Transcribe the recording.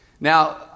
now